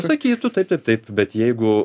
sakytų taip taip taip bet jeigu